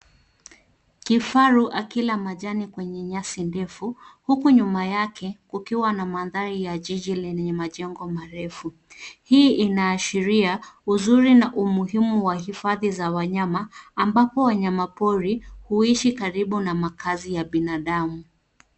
Kifaru akila majani kwenye nyasi ndefu huku nyuma yake kukiwa na mandhari ya jiji lenye majengo marefu. Hii inaashiria uzuri na umuhimu wa hifadhi za wanyama, ambapo wanyamapori huishi karibu na makazi ya binadamu.